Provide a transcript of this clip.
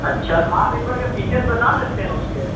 اچھا تو آپ ایک بار کیا فیچرز بتا سکتے ہیں اس کے